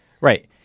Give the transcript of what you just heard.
Right